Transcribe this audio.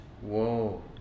Whoa